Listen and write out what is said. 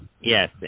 Yes